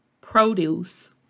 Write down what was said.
produce